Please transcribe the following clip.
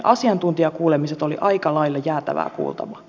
asiantuntijakuulemiset olivat aika lailla jäätävää kuultavaa